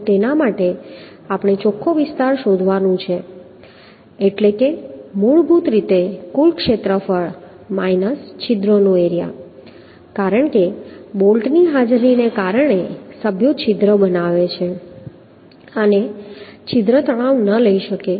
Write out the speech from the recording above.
તો તેના માટે આપણે ચોખ્ખો વિસ્તાર શોધવાનું છે એટલે મૂળભૂત રીતે કુલ ક્ષેત્રફળ માઈનસ છિદ્ર નો એરિયા કારણ કે બોલ્ટની હાજરીને કારણે સભ્યો છિદ્ર બનાવે છે અને છિદ્ર તણાવ ન લઈ શકે